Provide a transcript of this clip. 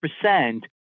percent